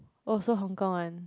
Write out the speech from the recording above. also Hong-Kong one